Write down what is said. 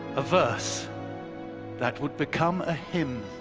a verse that would become a hymn.